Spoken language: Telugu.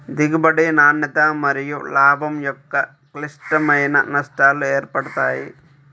దిగుబడి, నాణ్యత మరియులాభం యొక్క క్లిష్టమైన నష్టాలు ఏర్పడతాయి